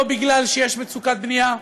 לא כי יש מצוקת בנייה,